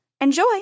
Enjoy